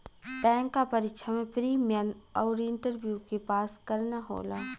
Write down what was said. bank क परीक्षा में प्री, मेन आउर इंटरव्यू के पास करना होला